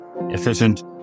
efficient